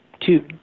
two